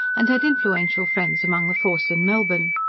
and had influential friends among the force in melbourne.